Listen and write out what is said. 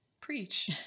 preach